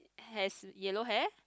has yellow hair